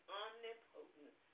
omnipotent